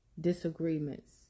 disagreements